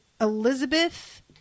Elizabeth